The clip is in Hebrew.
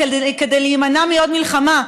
כדי להימנע מעוד מלחמה,